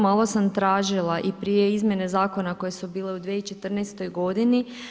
Malo sam tražila i prije izmjene Zakona koje su bile u 2014. godini.